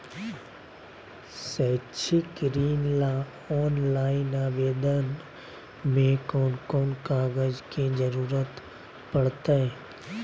शैक्षिक ऋण ला ऑनलाइन आवेदन में कौन कौन कागज के ज़रूरत पड़तई?